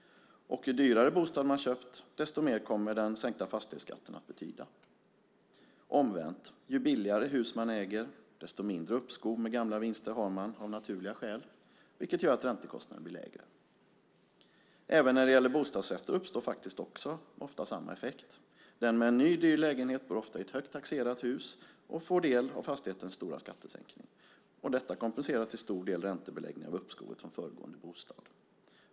Ju dyrare bostad man har köpt desto mer kommer den sänkta fastighetsskatten att betyda. Omvänt: Ju billigare hus man äger desto lägre uppskov med gamla vinster har man av naturliga skäl, vilket gör att räntekostnaden blir lägre. Även när det gäller bostadsrätter uppstår ofta samma effekt. Den med en ny dyr lägenhet bor ofta i ett högt taxerat hus och får del av fastighetens stora skattesänkning. Detta kompenserar till stor del räntebeläggningen av uppskovet från föregående bostad.